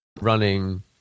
Running